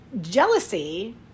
jealousy